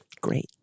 great